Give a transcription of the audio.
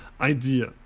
idea